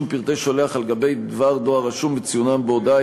פרטי שולח על-גבי דבר דואר רשום וציונם בהודעה),